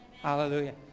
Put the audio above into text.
Hallelujah